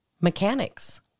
Mechanics